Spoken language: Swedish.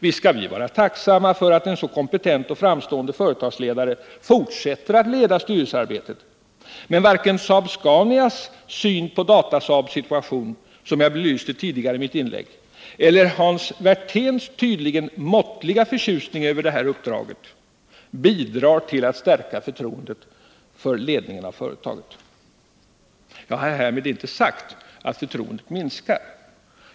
Visst skall vi vara tacksamma för att en så kompetent och framstående företagsledare fortsätter att leda styrelsearbetet, men varken Saab-Scanias syn på Datasaabs situation, som jag belyste tidigare i mitt inlägg, eller Hans Werthéns tydligen måttliga förtjusning över detta uppdrag bidrar till att stärka förtroendet för ledningen av företaget. Jag har härmed inte sagt att förtroendet minskar.